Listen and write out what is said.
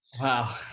Wow